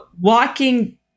walking